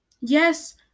Yes